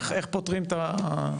איך פותרים זאת?